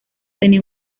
tenía